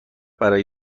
برای